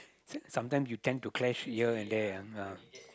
some~ sometime you tend to clash here and there ah